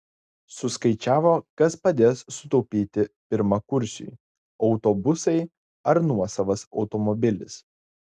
suskaičiavo kas padės sutaupyti pirmakursiui autobusai ar nuosavas automobilis